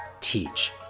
teach